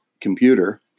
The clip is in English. computer